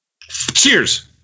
Cheers